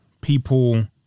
people